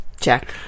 check